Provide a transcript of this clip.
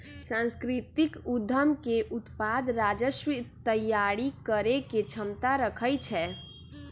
सांस्कृतिक उद्यम के उत्पाद राजस्व तइयारी करेके क्षमता रखइ छै